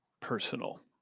personal